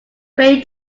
rain